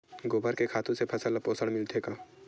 गोबर के खातु से फसल ल पोषण मिलथे का?